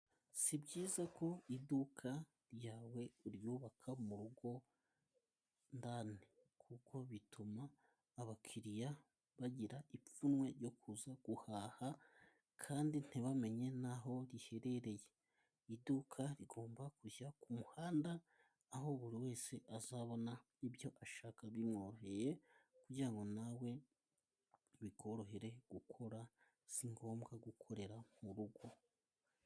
Si byiza ko iduka ryawe uryubaka mu rugo ndani kuko bituma abakiriya bagira ipfunwe ryo kuza guhaha kandi ntibamenye n'aho riherereye. Iduka rigomba kujya ku muhanda aho buri wese azabona ibyo ashaka bimworoheye, kugira ngo nawe bikorohere gukora ,si ngombwa gukorera mu rugo.